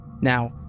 Now